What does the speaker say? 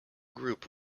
group